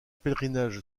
pèlerinage